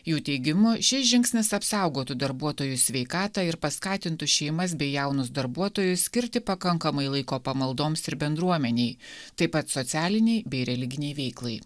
jų teigimu šis žingsnis apsaugotų darbuotojų sveikatą ir paskatintų šeimas bei jaunus darbuotojus skirti pakankamai laiko pamaldoms ir bendruomenei taip pat socialinei bei religinei veiklai